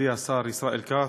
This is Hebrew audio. מכובדי השר ישראל כץ,